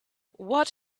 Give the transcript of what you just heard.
what